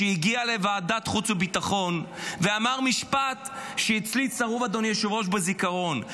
כשהגיע לוועדת חוץ וביטחון ואמר משפט שאצלי הוא צרוב בזיכרון,